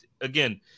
again